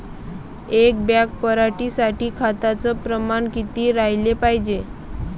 एक बॅग पराटी साठी खताचं प्रमान किती राहाले पायजे?